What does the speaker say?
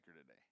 today